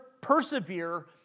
persevere